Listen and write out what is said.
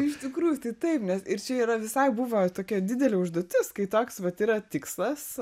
iš tikrųjų tai taip nes ir čia yra visai buvo tokia didelė užduotis kai toks vat yra tikslas